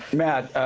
matt,